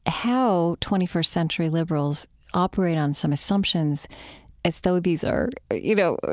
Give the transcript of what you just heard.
how twenty first century liberals operate on some assumptions as though these are, you know,